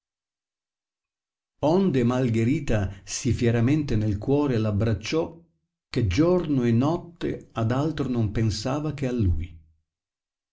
onde malgherita sì fieramente nel cuore l abbracciò che giorno e notte ad altro non pensava che a lui